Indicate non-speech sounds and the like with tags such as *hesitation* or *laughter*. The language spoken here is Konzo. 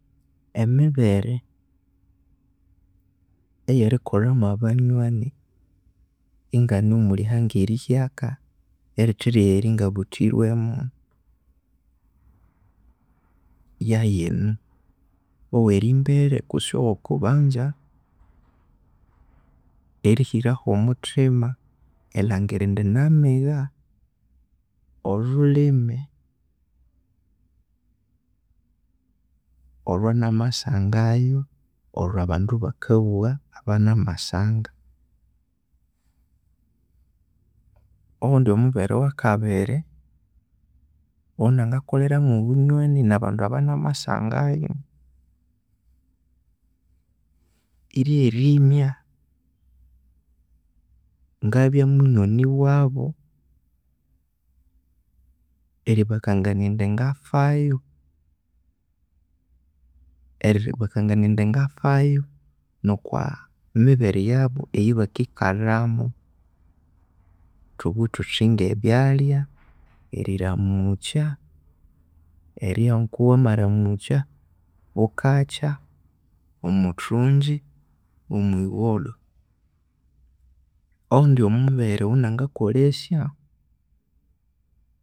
*hesitation* mibere eya eye rikolha mwabanywani ingane omwalhihanga erihyaka eritheryaghe eryangabuthirimwe yaghino, owerimbere kutse owokubanza. Erihiraho omuthima erilhangira indi namigha olhulhimi olhwanamasanganayo olhwa bandu bakabugha abanamasangana oghundi omubere owakabiri owa nanganakolheramu obunywani nabandu abanamasanganayu eryerimya ngabya munywani wabu, eribakangania indi ngafayo, eribakangania indi ngafayo okwa mibere yabu eyabakikalhamu thuthabugha thuthi nge byalhys, eriramukya, eryigha ngoko wamaramukya bukakya, omwithungyi no mwigholho owundi omubere owuna nganakolesya.